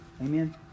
Amen